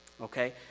Okay